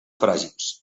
fràgils